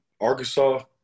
Arkansas